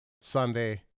Sunday